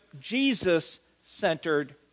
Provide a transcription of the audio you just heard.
Jesus-centered